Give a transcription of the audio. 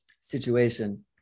situation